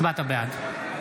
הצבעת בעד.